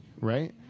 right